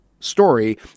story